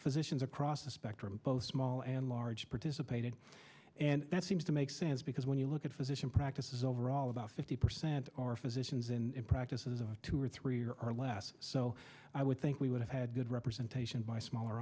physicians across the spectrum both small and large participated and that seems to make sense because when you look at physician practices overall about fifty percent are physicians in practices of two or three year or less so i would think we would have had good representation by smaller